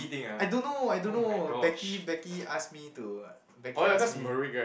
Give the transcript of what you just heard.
I don't know I don't know Becky Becky ask me to Becky ask me